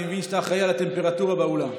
אני מבין שאתה אחראי לטמפרטורה באולם.